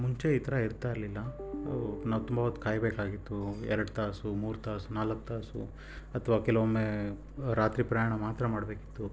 ಮುಂಚೆ ಈ ಥರ ಇರ್ತಾ ಇರಲಿಲ್ಲ ನಾವು ತುಂಬ ಹೊತ್ತು ಕಾಯಬೇಕಾಗಿತ್ತು ಎರಡು ತಾಸು ಮೂರು ತಾಸು ನಾಲ್ಕು ತಾಸು ಅಥ್ವ ಕೆಲವೊಮ್ಮೇ ರಾತ್ರಿ ಪ್ರಯಾಣ ಮಾತ್ರ ಮಾಡಬೇಕಿತ್ತು